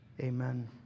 amen